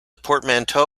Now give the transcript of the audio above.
portmanteau